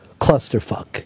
Clusterfuck